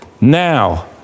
Now